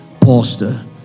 pastor